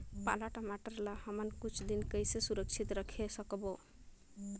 पाला टमाटर ला हमन कुछ दिन कइसे सुरक्षित रखे सकबो?